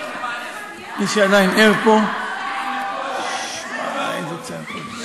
מי שעדיין ער פה איזה צעקות.